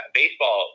baseball